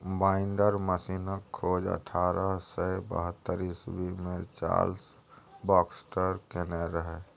binder मशीनक खोज अठारह सय बहत्तर इस्बी मे चार्ल्स बाक्सटर केने रहय